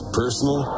personal